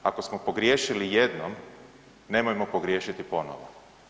Ako smo pogriješili jednom, nemojmo pogriješiti ponovo.